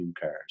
cars